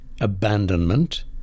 Abandonment